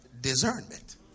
discernment